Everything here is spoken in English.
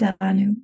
Danu